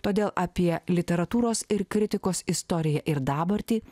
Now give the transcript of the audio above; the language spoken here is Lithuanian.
todėl apie literatūros ir kritikos istoriją ir dabartį